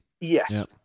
Yes